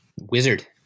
wizard